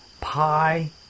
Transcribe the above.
pi